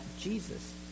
jesus